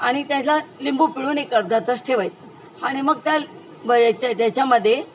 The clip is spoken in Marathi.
आणि त्याला लिंबू पिळून एक अर्धा तास ठेवायचं आणि मग त्या त्याच्यामध्ये